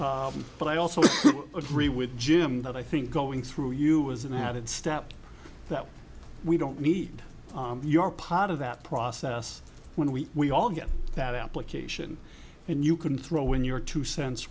but i also agree with jim that i think going through you is an added step that we don't need your part of that process when we we all get that application and you can throw in your two cents